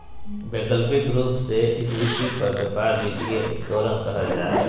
वैकल्पिक रूप से इक्विटी पर व्यापार वित्तीय उत्तोलन कहल जा हइ